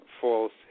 false